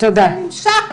זה נמשך,